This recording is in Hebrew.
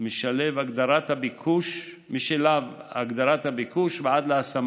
משלב הגדרת הביקוש ועד להשמה,